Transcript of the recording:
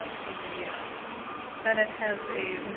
ah the senate has a